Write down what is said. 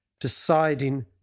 deciding